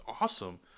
awesome